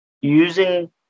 using